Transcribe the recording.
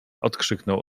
odkrzyknął